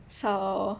so